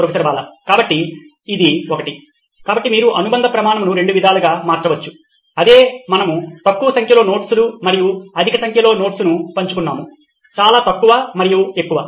professor Bala కాబట్టి ఇది ఒకటి కాబట్టి మీరు అనుబంధ ప్రమాణమును రెండు విధాలుగా మార్చవచ్చు అదే మనము తక్కువ సంఖ్యలో నోట్స్లు మరియు అధిక సంఖ్యలో నోట్స్ ను పంచుకున్నాము చాలా తక్కువ మరియు ఎక్కువ